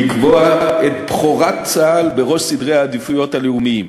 לקבוע את בכורת צה"ל בראש סדרי העדיפויות הלאומיים.